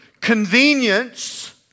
convenience